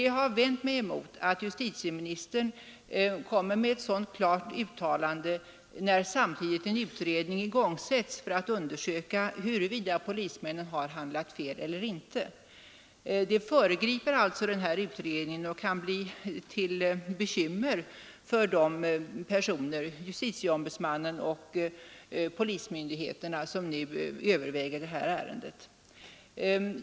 Jag har vänt mig mot att justitieministern gör ett uttalande i ett enskilt ärende, när samtidigt en utredning igångsätts för att undersöka huruvida polismännen har handlat fel eller inte. Det föregriper utredningen och kan bli till bekymmer för justitieombudsmannen och polismyndigheterna, som nu överväger ärendet.